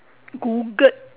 googled